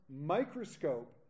microscope